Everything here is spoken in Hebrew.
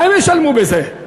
מה הם ישלמו בזה?